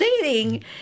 dating